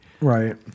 Right